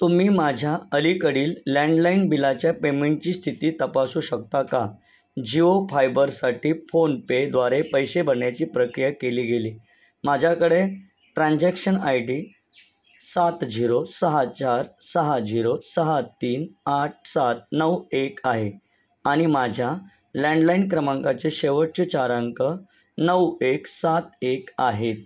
तुम्ही माझ्या अलीकडील लँडलाईन बिलाच्या पेमेंटची स्थिती तपासू शकता का जिओ फायबरसाठी फोनपेद्वारे पैसे भरण्याची प्रक्रिया केली गेली माझ्याकडे ट्रान्झॅक्शन आय डी सात झिरो सहा चार सहा झिरो सहा तीन आठ सात नऊ एक आहे आणि माझ्या लँडलाईन क्रमांकाचे शेवटचे चार अंक नऊ एक सात एक आहेत